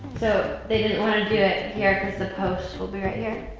so, they didn't wanna do it here, cause the posts will be right here.